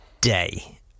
day